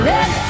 Let